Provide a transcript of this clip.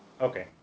Okay